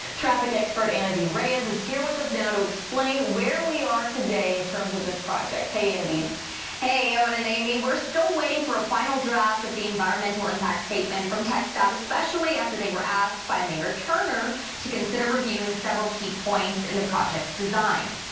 traffic expert anavid reyes is here with us now to explain where we are today in terms of this project. hey, hey, owen and amy. we're still waiting for a final draft of the environmental impact statement from txdot, especially after they were asked by mayor turner to consider reviewing several key points in the project's design.